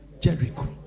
Jericho